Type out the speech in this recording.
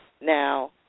Now